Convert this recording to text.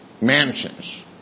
mansions